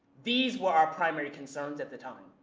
these were our primary concerns at the time.